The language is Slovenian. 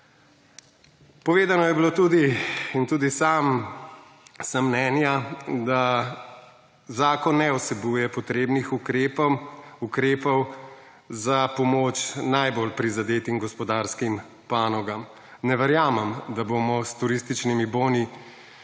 Povedano je bilo tudi in tudi sam sem mnenja, da zakon ne vsebuje potrebnih ukrepov za pomoč najbolj prizadetim gospodarskim panogam. Ne verjamem, da bomo s turističnimi boni